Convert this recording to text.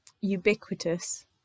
ubiquitous